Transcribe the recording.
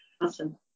Awesome